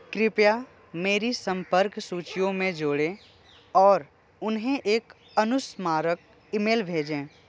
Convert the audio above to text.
कृपया मेरी संपर्क सूचियों में जोड़ें और उन्हें एक अनुस्मारक ईमेल भेजें